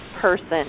person